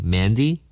Mandy